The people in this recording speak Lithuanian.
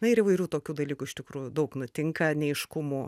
na ir įvairių tokių dalykų iš tikrųjų daug nutinka neaiškumų